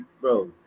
bro